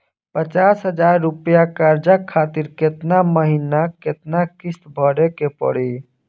पचास हज़ार रुपया कर्जा खातिर केतना महीना केतना किश्ती भरे के पड़ी?